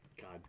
God